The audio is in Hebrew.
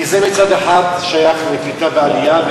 כי מצד אחד זה שייך לקליטה ועלייה,